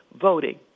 voting